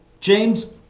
James